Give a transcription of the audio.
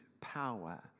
power